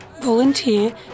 volunteer